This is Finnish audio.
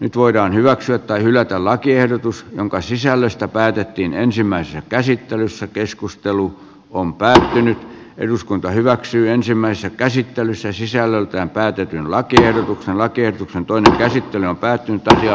nyt voidaan hyväksyä tai hylätä lakiehdotus jonka sisällöstä päätettiin ensimmäisessä käsittelyssä keskustelu on päällä eduskunta hyväksyi ensimmäisessä käsittelyssä sisällöltään päätetyn lakiehdotuksen lakiehdotuksen toinen käsittely on päättynyt ja